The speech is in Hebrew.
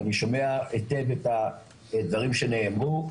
ואני שומע היטב את הדברים שנאמרו,